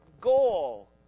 goal